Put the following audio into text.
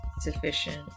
sufficient